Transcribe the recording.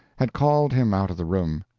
had called him out of the room.